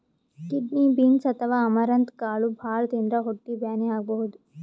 kidney beans ಅಥವಾ amaranth ಕಾಳ್ ಭಾಳ್ ತಿಂದ್ರ್ ಹೊಟ್ಟಿ ಬ್ಯಾನಿ ಆಗಬಹುದ್